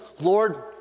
Lord